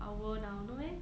our world now no meh